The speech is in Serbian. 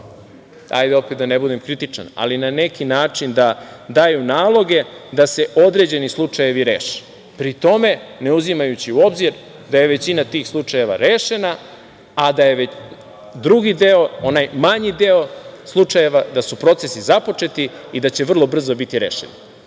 način, da ne budem kritičan, na neki način da daju naloge da se određeni slučajevi reše. Pri tome, ne uzimajući u obzir da je većina tih slučajeva rešena, a da je drugi deo, onaj manji deo slučajeva, da su procesi započeti i da će vrlo brzo biti rešeni. Dakle,